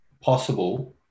possible